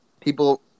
people